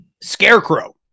Scarecrow